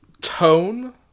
tone